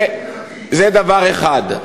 זה דבר אחד.